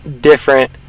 different